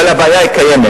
אבל הבעיה קיימת.